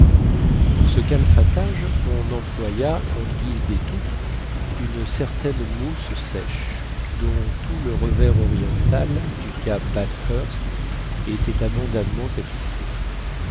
pour ce calfatage on employa en guise d'étoupe une certaine mousse sèche dont tout le revers oriental du cap bathurst était abondamment tapissé